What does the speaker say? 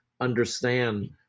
understand